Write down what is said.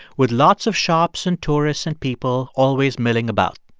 with lots of shops and tourists and people always milling about.